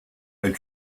and